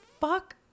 fuck